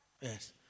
Yes